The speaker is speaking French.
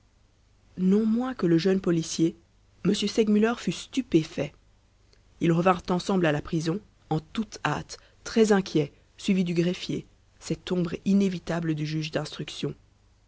non moins que le jeune policier m segmuller fut stupéfait ils revinrent ensemble à la prison en toute hâte très inquiets suivis du greffier cette ombre inévitable du juge d'instruction